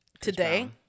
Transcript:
Today